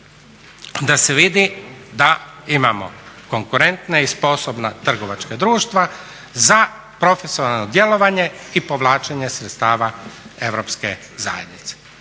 da se vidi da imamo konkurentna i sposobna trgovačka društva za profesionalno djelovanje i povlačenje sredstava europske zajednice